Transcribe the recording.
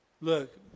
Look